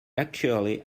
actually